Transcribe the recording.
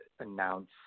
announce